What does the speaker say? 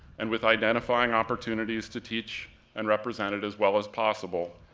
and with identifying opportunities to teach and represent it as well as possible,